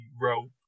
rope